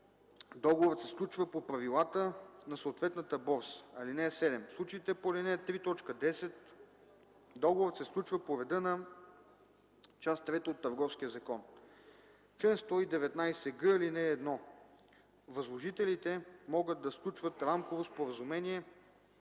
договорът се сключва по правилата на съответната борса. (7) В случаите по ал. 3, т. 10 договорът се сключва по реда на част трета от Търговския закон. Чл. 119г. (1) Възложителите могат да сключват рамково споразумение